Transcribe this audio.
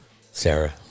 sarah